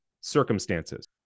circumstances